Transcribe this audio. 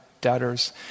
debtors